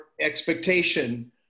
expectation